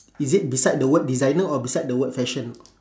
is it beside the word designer or beside the word fashion